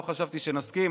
לא חשבתי שנסכים,